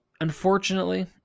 unfortunately